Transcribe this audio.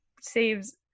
saves